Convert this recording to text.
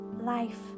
life